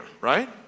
right